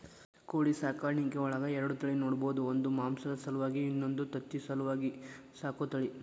ಕೋಳಿ ಸಾಕಾಣಿಕೆಯೊಳಗ ಎರಡ ತಳಿ ನೋಡ್ಬಹುದು ಒಂದು ಮಾಂಸದ ಸಲುವಾಗಿ ಇನ್ನೊಂದು ತತ್ತಿ ಸಲುವಾಗಿ ಸಾಕೋ ತಳಿ